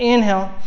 Inhale